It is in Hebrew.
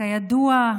כידוע,